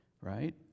right